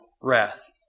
wrath